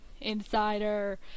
Insider